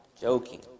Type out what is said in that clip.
joking